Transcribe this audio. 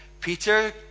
Peter